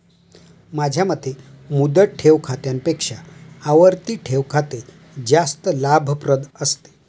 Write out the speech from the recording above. माझ्या मते मुदत ठेव खात्यापेक्षा आवर्ती ठेव खाते जास्त लाभप्रद असतं